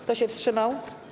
Kto się wstrzymał?